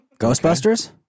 Ghostbusters